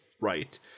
right